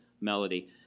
melody